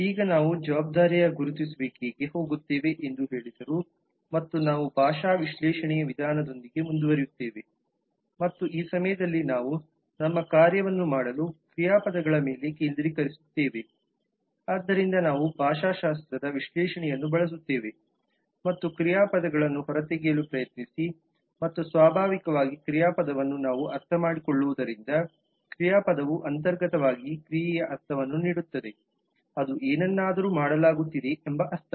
ಈಗ ನಾವು ಜವಾಬ್ದಾರಿಯ ಗುರುತಿಸುವಿಕೆಗೆ ಹೋಗುತ್ತೇವೆ ಎಂದು ಹೇಳಿದರು ಮತ್ತು ನಾವು ಭಾಷಾ ವಿಶ್ಲೇಷಣೆ ವಿಧಾನದೊಂದಿಗೆ ಮುಂದುವರಿಯುತ್ತೇವೆ ಮತ್ತು ಈ ಸಮಯದಲ್ಲಿ ನಾವು ನಮ್ಮ ಕಾರ್ಯವನ್ನು ಮಾಡಲು ಕ್ರಿಯಾಪದಗಳ ಮೇಲೆ ಕೇಂದ್ರೀಕರಿಸುತ್ತೇವೆ ಆದ್ದರಿಂದ ನಾವು ಭಾಷಾಶಾಸ್ತ್ರದ ವಿಶ್ಲೇಷಣೆಯನ್ನು ಬಳಸುತ್ತೇವೆ ಮತ್ತು ಕ್ರಿಯಾಪದಗಳನ್ನು ಹೊರತೆಗೆಯಲು ಪ್ರಯತ್ನಿಸಿ ಮತ್ತು ಸ್ವಾಭಾವಿಕವಾಗಿ ಕ್ರಿಯಾಪದವನ್ನು ನಾವು ಅರ್ಥಮಾಡಿಕೊಳ್ಳುವುದರಿಂದ ಕ್ರಿಯಾಪದವು ಅಂತರ್ಗತವಾಗಿ ಕ್ರಿಯೆಯ ಅರ್ಥವನ್ನು ನೀಡುತ್ತದೆ ಅದು ಏನನ್ನಾದರೂ ಮಾಡಲಾಗುತ್ತಿದೆ ಎಂಬ ಅರ್ಥ